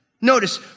Notice